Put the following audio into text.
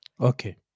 Okay